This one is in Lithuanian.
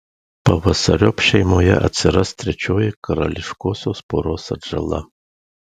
pavasariop šeimoje atsiras trečioji karališkosios poros atžala